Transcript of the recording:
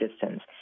distance